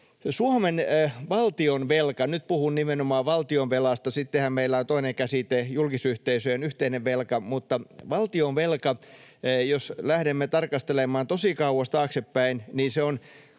Suomen valtionvelkaa — nyt puhun nimenomaan valtionvelasta, sittenhän meillä on toinen käsite, julkisyhteisöjen yhteinen velka — lähdemme tarkastelemaan tosi kauas taaksepäin, niin se on